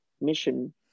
Mission